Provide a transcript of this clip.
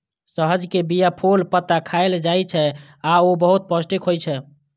सहजन के बीया, फूल, पत्ता खाएल जाइ छै आ ऊ बहुत पौष्टिक होइ छै